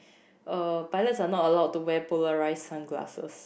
uh pilot are not allowed to wear polarized sunglasses